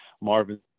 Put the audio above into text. Marvin –